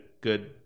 good